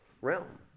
realm